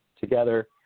together